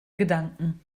gedanken